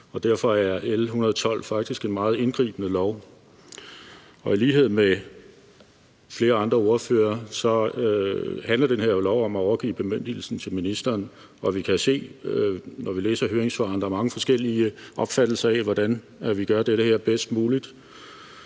derfor er L 112 faktisk en meget indgribende lov. Og i lighed med flere andre ordførere vil jeg sige, at den her lov jo handler om at overgive bemyndigelsen til ministeren, og vi kan jo se, når vi læser høringssvarene, at der er mange forskellige opfattelser af, hvordan vi gør det her bedst muligt.